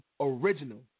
original